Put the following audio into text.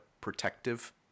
protective